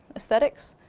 aesthetics,